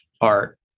art